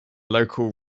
local